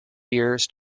years